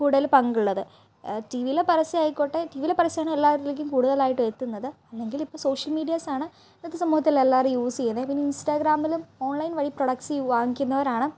കൂടുതൽ പങ്കുള്ളത് ടി വിയിലെ പരസ്യമായിക്കോട്ടെ ടി വിയിലെ പരസ്യമാണ് എല്ലാരിലേക്കും കൂടുതലായിട്ടും എത്തുന്നത് അല്ലെങ്കിൽ ഇപ്പോൾ സോഷ്യൽ മീഡിയാസ് ആണ് ഇന്നത്തെ സമൂഹത്തിൽ എല്ലാവരും യൂസ് ചെയ്യുന്നത് പിന്നെ ഇൻസ്റ്റാഗ്രാമിൽ ഓൺലൈൻ വഴി പ്രൊഡക്റ്റ്സ് വാങ്ങിക്കുന്നവരാണ്